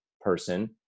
person